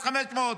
1.5 מיליארד,